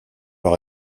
par